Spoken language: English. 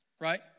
right